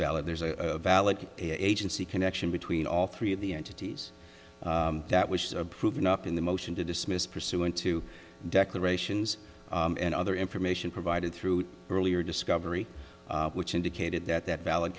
valid there's a valid agency connection between all three of the entities that was approved in up in the motion to dismiss pursuant to declarations and other information provided through earlier discovery which indicated that that valid